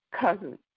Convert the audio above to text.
cousin